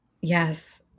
Yes